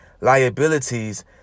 liabilities